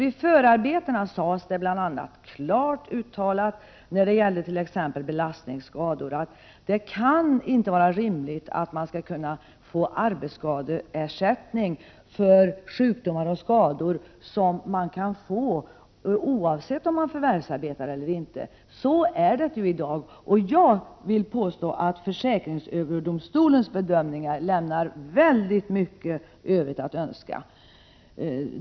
I förarbetena sades det beträffande bl.a. belastningsskador klart ifrån att det inte kan vara rimligt att arbetsskadeersättning utgår för sjukdomar och skador som man kan få, oavsett om man förvärvsarbetar eller ej. Så förhåller det sig i dag, och jag vill påstå att försäkringsöverdomstolens bedömningar lämnar väldigt mycket Övrigt att önska.